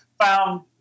found